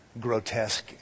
grotesque